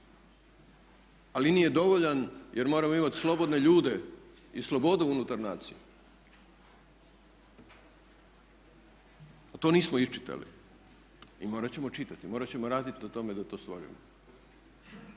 ali nije dovoljan jer moramo imati slobodne ljude i slobodu unutar nacije. A to nismo iščitali. I morat ćemo čitati, morat ćemo raditi na tome da to stvorimo.